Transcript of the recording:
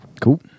cool